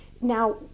Now